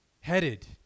headed